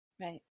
Right